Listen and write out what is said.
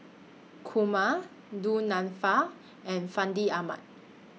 Kumar Du Nanfa and Fandi Ahmad